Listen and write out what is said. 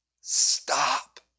Stop